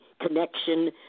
connection